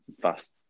fast